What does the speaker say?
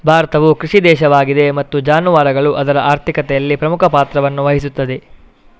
ಭಾರತವು ಕೃಷಿ ದೇಶವಾಗಿದೆ ಮತ್ತು ಜಾನುವಾರುಗಳು ಅದರ ಆರ್ಥಿಕತೆಯಲ್ಲಿ ಪ್ರಮುಖ ಪಾತ್ರವನ್ನು ವಹಿಸುತ್ತವೆ